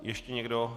Ještě někdo?